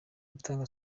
gutanga